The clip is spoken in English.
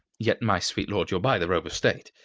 yet, my sweet lord, you'll buy the robe of state.